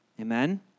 Amen